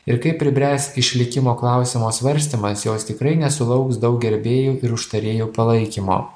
ir kai pribręs išlikimo klausimo svarstymas jos tikrai nesulauks daug gerbėjų ir tarėjų palaikymo